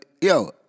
yo